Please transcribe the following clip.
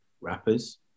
rappers